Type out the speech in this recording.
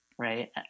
Right